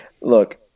look